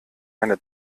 eine